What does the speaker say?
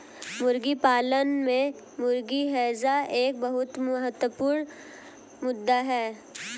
मुर्गी पालन में मुर्गी हैजा एक बहुत महत्वपूर्ण मुद्दा है